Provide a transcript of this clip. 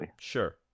Sure